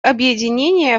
объединения